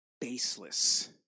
baseless